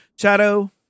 Shadow